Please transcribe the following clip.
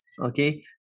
okay